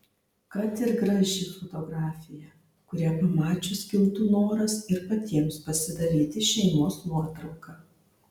kad ir graži fotografija kurią pamačius kiltų noras ir patiems pasidaryti šeimos nuotrauką